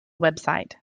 website